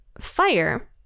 fire